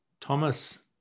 Thomas